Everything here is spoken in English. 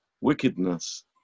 wickedness